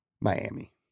Miami